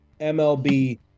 MLB